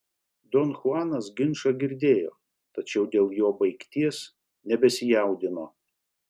don chuanas ginčą girdėjo tačiau dėl jo baigties nebesijaudino